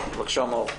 בבקשה, מאוד.